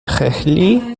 relie